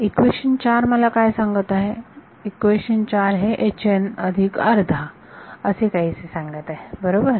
equation 4 मला काय सांगत आहे इक्वेशन 4 हे H n अधिक अर्धा असे काहीसे सांगत आहे बरोबर